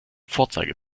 vorzeige